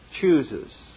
chooses